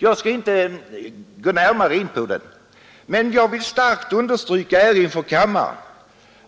Jag skall inte gå närmare in på det, men jag vill starkt understryka här inför kammaren